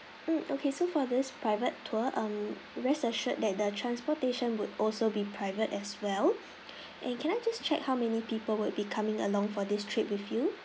mm okay so for this private tour um rest assured that the transportation would also be private as well and can I just check how many people will be coming along for this trip with you